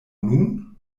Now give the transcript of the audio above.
nun